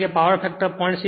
કારણ કે power factor 0